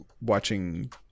watching